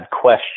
question